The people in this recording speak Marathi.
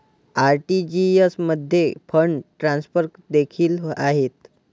आर.टी.जी.एस मध्ये फंड ट्रान्सफर देखील आहेत